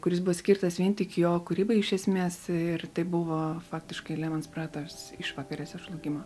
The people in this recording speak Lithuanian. kuris bus skirtas vien tik jo kūrybai iš esmės ir tai buvo faktiškai lehmans brothers išvakarėse žlugimo